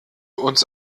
uns